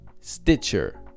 Stitcher